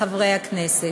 חברי הכנסת,